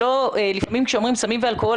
לפעמים כשאומרים סמים ואלכוהול,